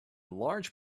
large